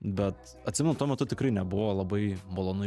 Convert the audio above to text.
bet atsimenu tuo metu tikrai nebuvo labai malonu